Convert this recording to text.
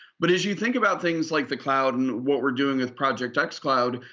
but as you think about things like the cloud and what we're doing with project xcloud,